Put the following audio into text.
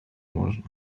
można